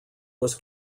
was